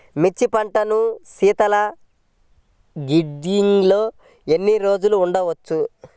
మిర్చి పంటను శీతల గిడ్డంగిలో ఎన్ని రోజులు ఉంచవచ్చు?